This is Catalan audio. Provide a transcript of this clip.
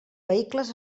vehicles